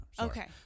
Okay